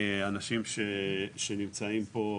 אנשים שנמצאים פה,